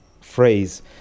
phrase